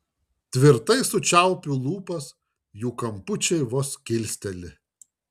tvirtai sučiaupiu lūpas jų kampučiai vos kilsteli